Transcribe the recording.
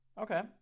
Okay